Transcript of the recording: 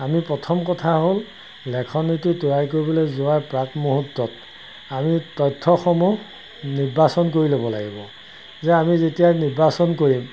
আমি প্ৰথম কথা হ'ল লেখনিটো তৈয়াৰ কৰিবলৈ যোৱাৰ প্ৰাক মুহূৰ্তত আমি তথ্যসমূহ নিৰ্বাচন কৰি ল'ব লাগিব যে আমি যেতিয়া নিৰ্বাচন কৰিম